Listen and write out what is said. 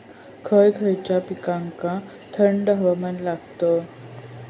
खय खयच्या पिकांका थंड हवामान लागतं?